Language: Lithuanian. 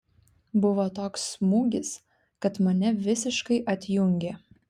buvo toks smūgis kad mane visiškai atjungė